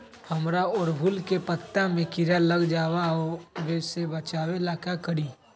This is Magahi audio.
हमरा ओरहुल के पत्ता में किरा लग जाला वो से बचाबे ला का करी?